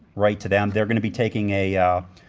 write to them. they're gonna be taking a yeah